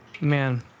Man